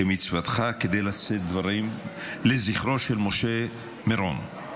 כמצוותך, כדי לשאת דברים לזכרו של משה מרון.